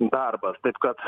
darbas taip kad